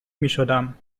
میشدم